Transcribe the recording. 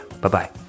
Bye-bye